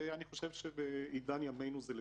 ואני חושב שבעידן ימינו זה לגיטימי.